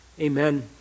Amen